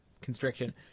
constriction